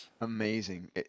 amazing